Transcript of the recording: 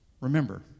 remember